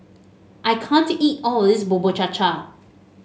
I can't eat all of this Bubur Cha Cha